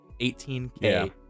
18K